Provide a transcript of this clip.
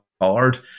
hard